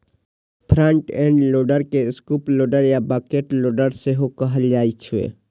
front end loader के scoop loader या bucket loader सेहो कहल जाइ छै